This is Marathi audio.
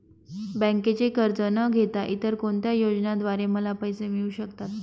बँकेचे कर्ज न घेता इतर कोणत्या योजनांद्वारे मला पैसे मिळू शकतात?